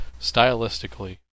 stylistically